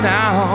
now